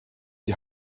die